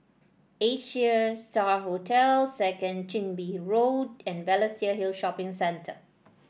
Asia Star Hotel Second Chin Bee Road and Balestier Hill Shopping Centre